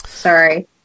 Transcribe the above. Sorry